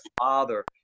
father